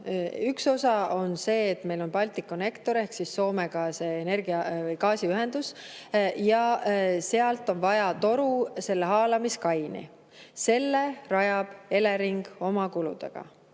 Üks osa on see, et meil on Balticconnector ehk Soomega see gaasiühendus ja sealt on vaja toru haalamiskaini. Selle rajab Elering oma kuludega.